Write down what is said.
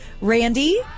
Randy